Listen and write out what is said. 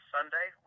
Sunday